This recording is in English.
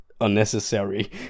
unnecessary